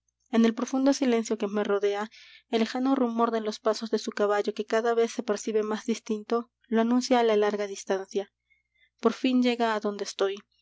en el profundo silencio que me rodea el lejano rumor de los pasos de su caballo que cada vez se percibe más distinto lo anuncia á larga distancia por fin llega adonde estoy